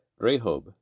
Rehob